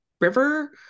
river